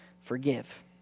forgive